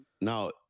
Now